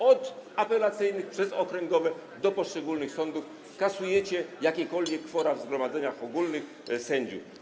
Od apelacyjnych przez okręgowe do poszczególnych sądów kasujecie jakiekolwiek kworum w zgromadzeniach ogólnych sędziów.